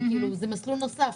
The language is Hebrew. זה מסלול נוסף,